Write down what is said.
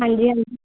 ਹਾਂਜੀ ਹਾਂਜੀ